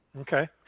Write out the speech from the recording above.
Okay